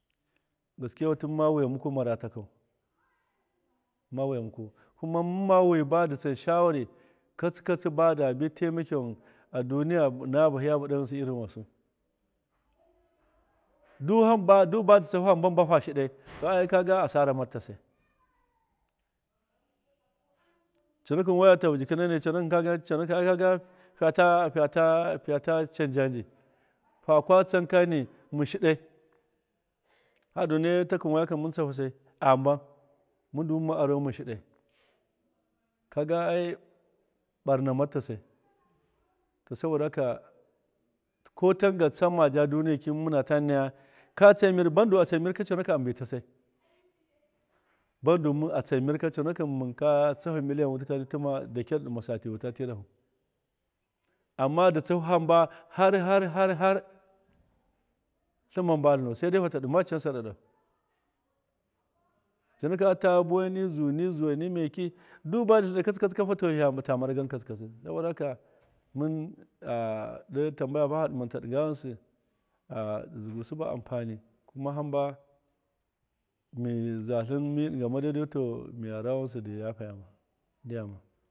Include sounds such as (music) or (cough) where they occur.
Gaskewatɨ mɨmma wiya muku mara takɨnu mɨmma wiya muku, kuma mɨmma wi badɨ tsan shawari katsi katsi bada bi taimakewan a duniya ɨna bahiya bɨɗa ghɨnsɨ irin wasu du hamba du badɨ tsahu hamba mbam ha shiɗai (noise) to ai kaga asara marta su jikai conakɨn waya tahu jikɨnanai conakɨn ai kaga fiyata fiyata fiyata can ja nji fa kwa tsan kani mɨn shiɗai hadu nai takɨn wayakɨn mɨn tsahu sai a mban mɨn du mɨmma arau mɨn shiɗai kaga ai ɓarna marta sai ko tanga tsan maja duniye ki mɨn mɨnata naya ka tsan mir ban du a tsan mirka conakɨn a mbita sai bandu mɨn atsan mirka conakɨn mɨn ka tsahu miliyan wutɨka tɨma da kyar dɨ ɗima sati wuta tɨrahu ama dɨ tsahu hamba har har har tlɨnma mbatlɨnu sai dai hata ɗɨnma can saɗaɗau. conakɨn ata buwai ni zuu ni zuwai ni meki du badɨ tleɗa katsi katsikafa ta maragan katsi katsi saboda haka mɨn (hesitation) ɗo tambaya baha ɗimau ta ɗɨnga ghɨnsɨ (hesitation) dɨ dzigusɨ ba ampani kuma hamba mi zatlɨn mi ɗɨnga ma dai dayu to miya rawa ghɨnsɨ dɨ yafayama ndyam.